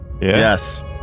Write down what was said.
Yes